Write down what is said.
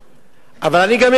אבל אני גם מבין אותו,